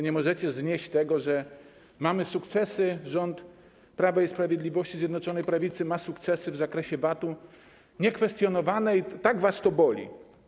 Nie możecie znieść tego, że mamy sukcesy, że rząd Prawa i Sprawiedliwości i Zjednoczonej Prawicy ma sukcesy w zakresie VAT-u niekwestionowane, i tak was to boli.